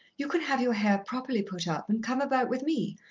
you can have your hair properly put up, and come about with me,